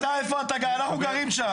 אנחנו גרים שם,